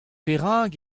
perak